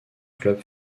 club